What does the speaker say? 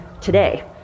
today